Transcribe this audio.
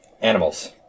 Animals